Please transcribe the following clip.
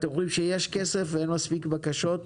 אתם אומרים שיש מספיק כסף ואין מספיק בקשות,